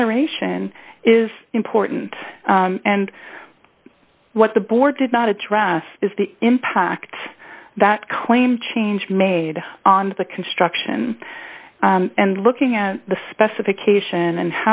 generation is important and what the board did not address is the impacts that claim change made on the construction and looking at the specification and